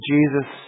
Jesus